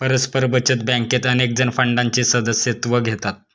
परस्पर बचत बँकेत अनेकजण फंडाचे सदस्यत्व घेतात